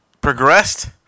progressed